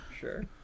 sure